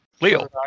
Leo